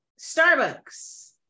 Starbucks